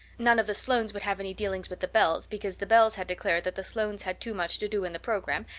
none of the sloanes would have any dealings with the bells, because the bells had declared that the sloanes had too much to do in the program,